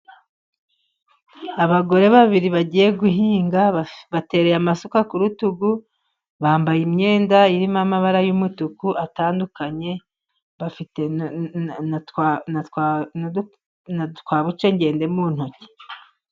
Abagore babiri bagiye guhinga, batereye amasuka ku rutugu ,bambaye imyenda irimo amabara y'umutuku atandukanye, bafite na twa bucengende mu ntoki.